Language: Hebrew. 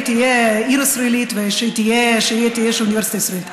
תהיה עיר ישראלית ושתהיה שם אוניברסיטה ישראלית,